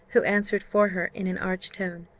who answered for her in an arch tone,